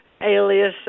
alias